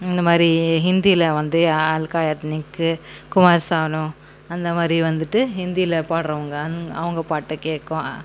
இந்தமாதிரி ஹிந்தியில் வந்து ஹால்க்கா நிக்கு கோ அஸ்ஸானோ அந்தமாதிரி வந்து ஹிந்தியில் பாடுகிறவங்க அவங்க பாட்டு கேட்குவன்